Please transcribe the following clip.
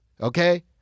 Okay